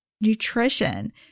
nutrition